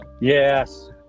Yes